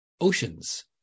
oceans